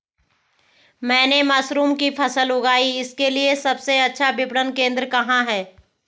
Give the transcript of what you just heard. मैंने मशरूम की फसल उगाई इसके लिये सबसे अच्छा विपणन केंद्र कहाँ है?